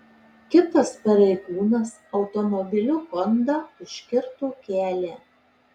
kitas pareigūnas automobiliu honda užkirto kelią